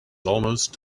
almost